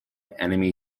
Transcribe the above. enemy